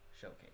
showcase